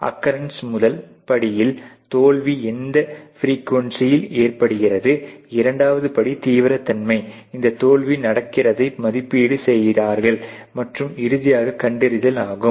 அக்கரன்ஸீன் முதல் படியில் தோல்வி எந்த பிரியூவன்ஸியில் ஏற்படுகிறது இரண்டாவது படி தீவிரத்தன்மை இந்த தோல்வி நடக்கிறதை மதிப்பீடு செய்கிறார்கள் மற்றும் இறுதியாக கண்டறிதல் ஆகும்